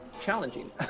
challenging